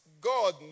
God